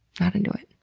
not into it.